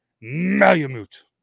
Malamute